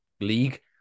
league